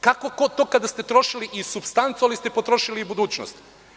Kako to kada ste trošili i supstancu, ali ste i potrošili i budućnost?